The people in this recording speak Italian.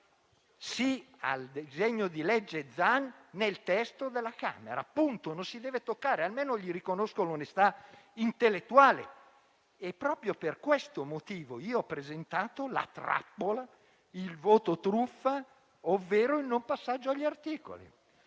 sì al disegno di legge Zan nel testo della Camera; punto, non si deve toccare. Almeno gli riconosco onestà intellettuale. Proprio per questo motivo io ho presentato la trappola, il voto truffa ovvero il non passaggio agli articoli.